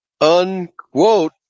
Unquote